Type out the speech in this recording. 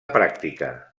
pràctica